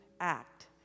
act